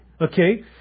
Okay